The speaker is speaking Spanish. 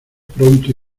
pronto